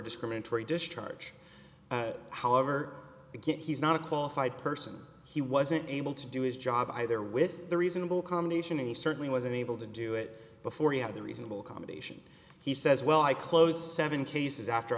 discriminatory discharge however again he's not a qualified person he wasn't able to do his job either with the reasonable combination and he certainly wasn't able to do it before he had the reasonable accommodation he says well i close seven cases after